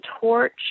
torch